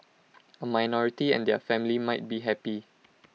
A minority and their family might be happy